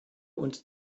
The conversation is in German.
und